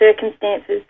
circumstances